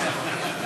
כוח.